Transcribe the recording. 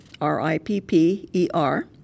R-I-P-P-E-R